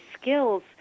skills